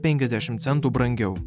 penkiasdešimt centų brangiau